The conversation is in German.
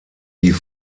die